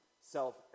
self